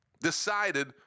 decided